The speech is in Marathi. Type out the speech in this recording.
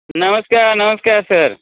नमस्कार नमस्कार सर